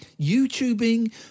YouTubing